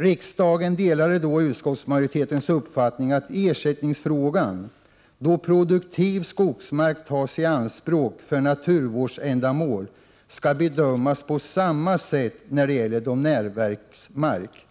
Riksdagen delade då utskottsmajoritetens uppfattning att ersättningsfrågan, då produktiv skogsmark tas i anspråk för naturvårdsändamål, skall bedömas på samma sätt när det gäller domänverksmark.